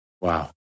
Wow